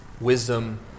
wisdom